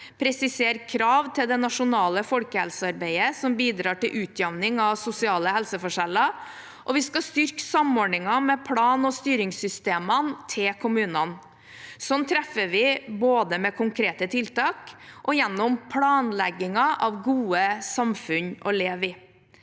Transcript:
presisere krav til det nasjonale folkehelsearbeidet som bidrar til utjevning av sosiale helseforskjeller, og styrke samordningen med plan- og styringssystemene til kommunene. Sånn treffer vi, både med konkrete tiltak og gjennom planleggingen av gode samfunn å leve i.